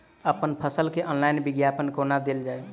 अप्पन फसल केँ ऑनलाइन विज्ञापन कोना देल जाए?